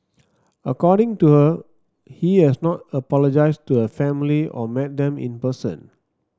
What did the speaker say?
according to her he has not apologised to the family or met them in person